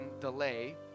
delay